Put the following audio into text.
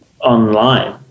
online